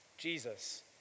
Jesus